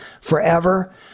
forever